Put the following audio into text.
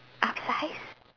upsize